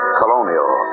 colonial